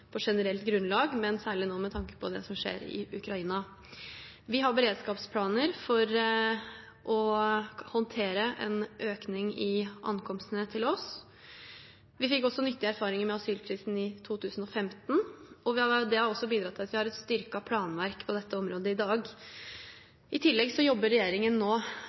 på generelt grunnlag, men særlig nå med tanke på det som skjer i Ukraina. Vi har beredskapsplaner for å håndtere en økning i ankomstene til oss. Vi fikk også nyttige erfaringer med asylkrisen i 2015. Det har bidratt til at vi har et styrket planverk på dette området i dag. I tillegg jobber regjeringen nå